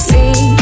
See